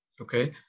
Okay